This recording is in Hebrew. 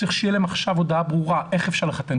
צריך שתהיה להם עכשיו הודעה ברורה איך אפשר לחתן.